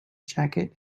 jacket